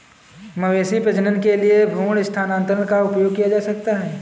मवेशी प्रजनन के लिए भ्रूण स्थानांतरण का उपयोग किया जाता है